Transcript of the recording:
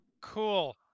Cool